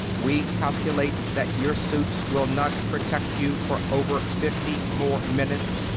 we calculate that your suits will not protect you for over fifty more minutes.